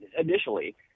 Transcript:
initially